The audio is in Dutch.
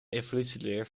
evolutieleer